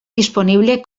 disponible